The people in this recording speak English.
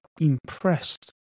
impressed